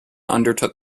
undertook